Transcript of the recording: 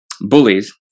bullies